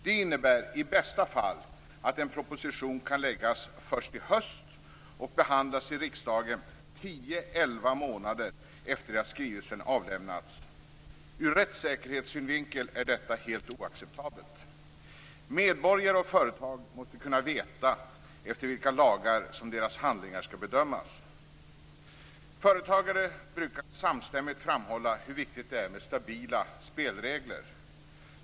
Det innebär i bästa fall att en proposition kan läggas fram först i höst och kan behandlas i riksdagen tio elva månader efter det att skrivelsen har avlämnats. Ur rättssäkerhetssynvinkel är detta helt oacceptabelt. Medborgare och företag måste kunna veta efter vilka lagar som deras handlingar skall bedömas. Företagare brukar samstämmigt framhålla hur viktigt det är med stabila spelregler.